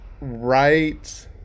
right